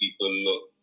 people